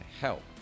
help